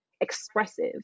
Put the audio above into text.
expressive